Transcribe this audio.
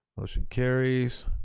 motion carries.